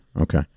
Okay